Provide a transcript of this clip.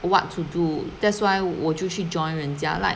what to do that's why 我就去 join 人家 like